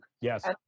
yes